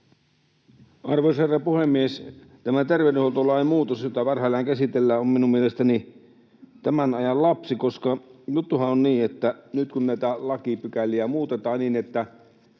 Arvoisa herra puhemies! Tämä terveydenhuoltolain muutos, jota parhaillaan käsitellään, on minun mielestäni tämän ajan lapsi. Juttuhan on niin, että nyt kun näitä lakipykäliä muutetaan niin, että